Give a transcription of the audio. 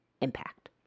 impact